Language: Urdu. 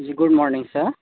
جی گڈ مارننگ سر